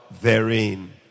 therein